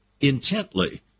intently